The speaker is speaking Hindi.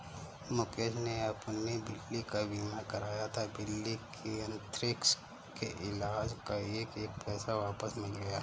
मुकेश ने अपनी बिल्ली का बीमा कराया था, बिल्ली के अन्थ्रेक्स के इलाज़ का एक एक पैसा वापस मिल गया